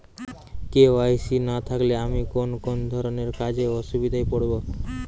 KYC না থাকলে আমি কোন কোন ধরনের কাজে অসুবিধায় পড়ব?